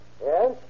Yes